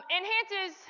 enhances